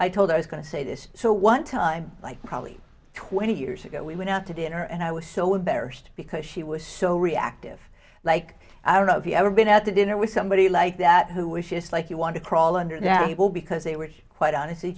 i told i was going to say this so one time like probably twenty years ago we went out to dinner and i was so embarrassed because she was so reactive like i don't know if you've ever been out to dinner with somebody like that who wishes like you want to crawl under that people because they were quite honestly